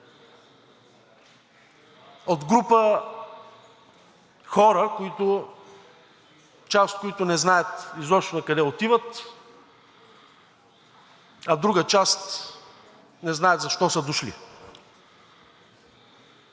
от група хора, част от които не знаят изобщо накъде отиват, а друга част не знаят защо са дошли.